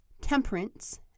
temperance